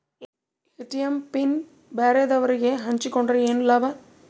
ATM PIN ಬ್ಯಾರೆದವರಗೆ ಹಂಚಿಕೊಂಡರೆ ಏನು ಲಾಭ?